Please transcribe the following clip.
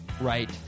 right